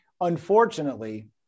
Unfortunately